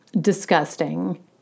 Disgusting